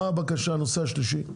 מה הבקשה הנושא השלישי?